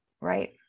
Right